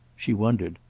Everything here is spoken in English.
she wondered.